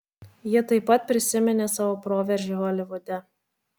ji taip pat prisiminė savo proveržį holivude